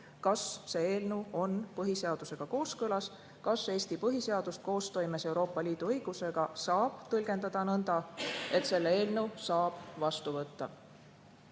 kas see eelnõu on põhiseadusega kooskõlas, kas Eesti põhiseadust koostoimes Euroopa Liidu õigusega saab tõlgendada nõnda, et selle eelnõu saab vastu võtta.